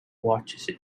watches